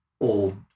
old